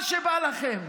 מה שבא לכם,